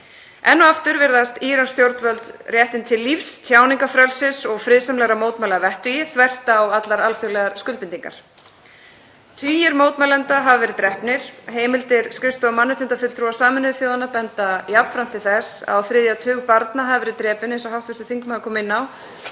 Enn og aftur virða írönsk stjórnvöld réttinn til lífs, tjáningarfrelsis og friðsamlegra mótmæla að vettugi þvert á allar alþjóðlegar skuldbindingar. Tugir mótmælenda hafa verið drepnir. Heimildir skrifstofu mannréttindafulltrúa Sameinuðu þjóðanna benda jafnframt til þess að á þriðja tug barna hafi verið drepinn, eins og hv. þingmaður kom inn á,